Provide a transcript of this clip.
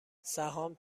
سهام